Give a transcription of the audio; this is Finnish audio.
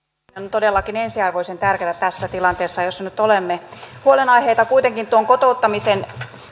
todellakin ensiarvoisen tärkeätä tässä tilanteessa jossa nyt olemme huolenaiheita kuitenkin tuon kotouttamisen